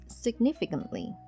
significantly